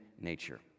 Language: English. nature